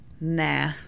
nah